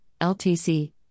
LTC